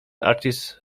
artist